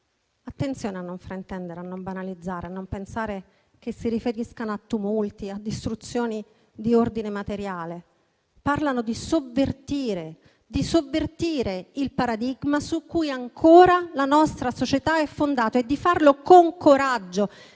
Attenzione a non fraintendere, a non banalizzare e a non pensare che si riferiscano a tumulti o a distruzioni di ordine materiale. Parlano di sovvertire il paradigma su cui ancora la nostra società è fondata e di farlo con coraggio